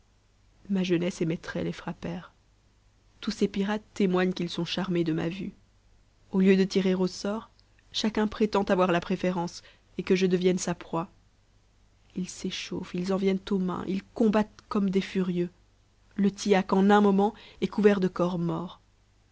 ma jeunesse et mes traits les frappèrent tous ces pirates témoignent qu'its sont charmés de ma vue au lieu de tirer au sort chacun prétend avoir la préférence et que je devienne sa proie ils s'échaufïent ils en viennent aux mains ils combattent comme des furieux le tillac en un moment est couvert de corps morts